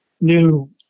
new